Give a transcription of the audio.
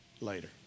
later